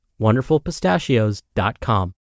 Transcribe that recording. wonderfulpistachios.com